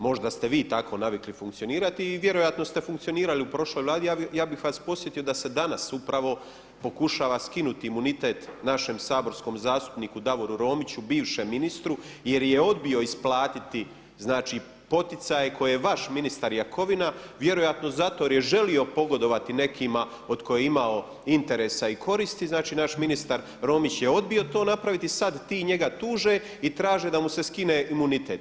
Možda ste vi tako navikli funkcionirati i vjerojatno ste funkcionirali u prošloj Vladi, ja bih vas podsjetio da se danas upravo pokušava skinuti imunitet našem saborskom zastupniku Davoru Romiću, bivšem ministru jer je odbio isplatiti znači poticaje koje je vaš ministar Jakovina vjerojatno zato jer je želio pogodovati nekima od kojih je imao interesa i koristi, znači naš ministar Romić je odbio to napraviti i sada ti njega tuže i traže da mu se skine imunitet.